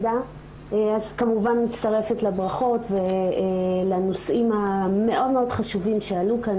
כמובן אני מצטרפת לברכות ולנושאים המאוד חשובים שעלו כאן,